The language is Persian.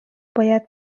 باید